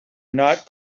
not